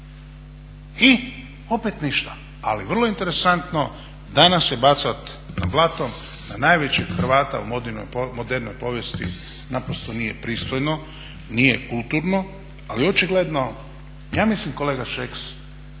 i opet ništa. Ali vrlo interesantno, danas bacat blato na najvećeg Hrvata u modernoj povijesti naprosto nije pristojno, nije kulturno. Ali očigledno ja mislim kolega Šeks